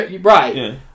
right